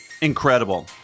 Incredible